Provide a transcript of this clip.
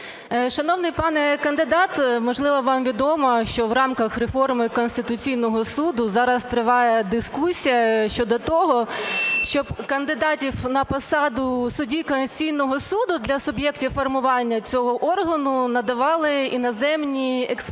Шановний пане кандидат, можливо, вам відомо, що в раках реформи Конституційного Суду зараз триває дискусія щодо того, щоб кандидатів на посаду судді Конституційного Суду для суб'єктів формування цього органу надавали іноземні експерти